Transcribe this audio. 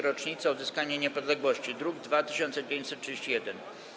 Rocznicy Odzyskania Niepodległości, druk nr 2931.